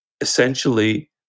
essentially